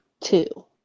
two